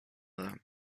them